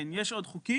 כן, יש עוד חוקים,